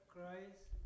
Christ